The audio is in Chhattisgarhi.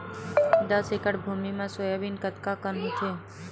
दस एकड़ भुमि म सोयाबीन कतका कन होथे?